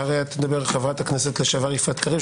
אחריה תדבר חברת הכנסת לשעבר יפעת קריב,